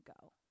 go